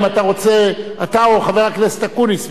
אתה או חבר הכנסת אקוניס,